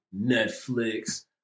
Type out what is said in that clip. netflix